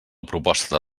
proposta